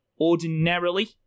Ordinarily